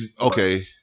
Okay